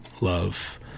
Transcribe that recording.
love